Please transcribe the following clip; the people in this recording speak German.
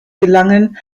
gelangen